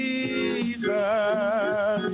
Jesus